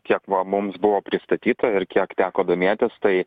kiek va mums buvo pristatyta ir kiek teko domėtis tai